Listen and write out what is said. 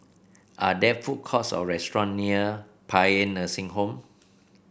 are there food courts or restaurant near Paean Nursing Home